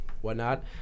whatnot